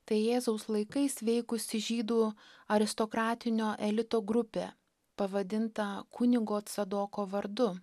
tai jėzaus laikais veikusi žydų aristokratinio elito grupė pavadinta kunigo tsadoko vardu